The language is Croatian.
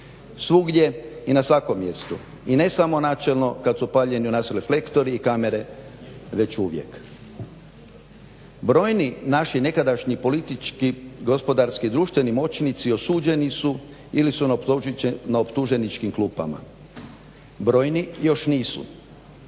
Svugdje i na svakom mjestu i ne samo načelno kad su upaljeni u nas reflektori i kamere već uvijek. Brojni naši nekadašnji politički, gospodarski, društveni moćnici osuđeni su ili su na optuženičkim klupama brojni još nisu.